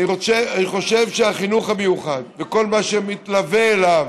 אני חושב שהחינוך המיוחד וכל מה שמתלווה אליו,